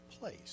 place